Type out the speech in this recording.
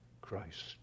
Christ